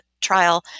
trial